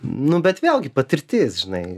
nu bet vėlgi patirtis žinai